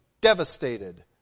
devastated